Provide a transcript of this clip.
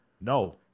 no